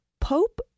Pope